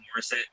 Morissette